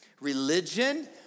Religion